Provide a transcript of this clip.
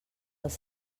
els